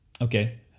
Okay